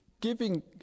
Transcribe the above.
Giving